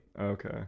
Okay